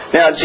Now